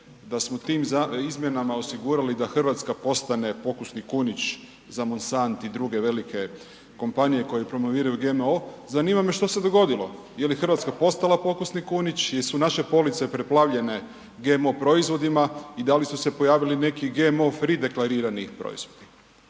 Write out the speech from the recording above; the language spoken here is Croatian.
da smo tim izmjenama osigurali da Hrvatska postane pokusni kunić za Monsanto i druge velike kompanije koje promoviraju GMO. Zanima me što se dogodilo? Je li Hrvatska postala pokusni kunić? Jesu naše police preplavljene GMO proizvodima i da li su se pojavili neki GMO free deklarirani proizvodi?